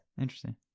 Interesting